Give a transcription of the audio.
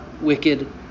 wicked